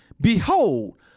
Behold